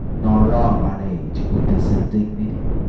nor wrong mine age with this indignity.